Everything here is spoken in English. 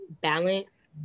balance